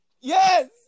yes